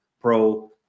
pro